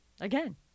Again